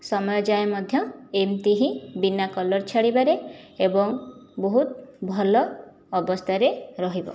ସମୟ ଯାଏ ମଧ୍ୟ ଏମିତି ହିଁ ବିନା କଲର ଛାଡ଼ିବାରେ ଏବଂ ବହୁତ ଭଲ ଅବସ୍ଥାରେ ରହିବ